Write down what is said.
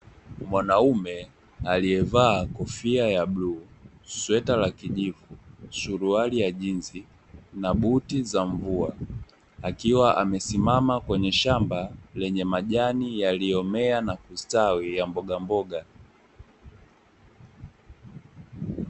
Mwanaume aliyevaa kofia ya bluu, sweta la kijivu, suruali ya jinzi na buti za mvua, akiwa amesimama kwenye shamba lenye majani yaliyomea na kustawi ya mbogamboga.